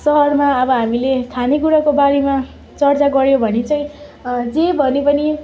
सहरमा अब हामीले खाने कुराको बारेमा चर्चा गर्यो भने चाहिँ जे भने पनि